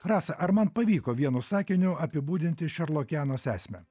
rasa ar man pavyko vienu sakiniu apibūdinti šerlokienos esmę